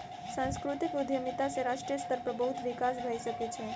सांस्कृतिक उद्यमिता सॅ राष्ट्रीय स्तर पर बहुत विकास भ सकै छै